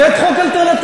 הבאת חוק אלטרנטיבי?